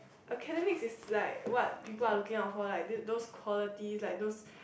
academics is like what people are looking out for like th~ those qualities like those